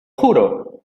juro